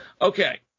Okay